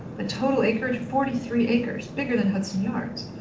the total acreage, forty three acres, bigger than hudson yards.